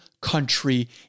country